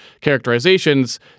characterizations